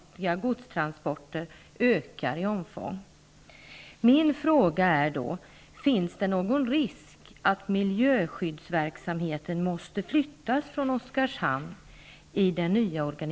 Finns det någon risk att miljöskyddsverksamheten i den nya organisationen måste flyttas från